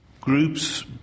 Groups